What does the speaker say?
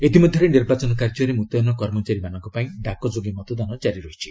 ଇତିମଧ୍ୟରେ ନିର୍ବାଚନ କାର୍ଯ୍ୟରେ ମୁତୟନ କର୍ମଚାରୀମାମାନଙ୍କ ପାଇଁ ଡାକ ଯୋଗେ ମତଦାନ ଜାରି ରହିଛି